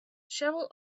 cheryl